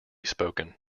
spoken